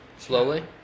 Slowly